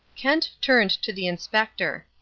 kent turned to the inspector.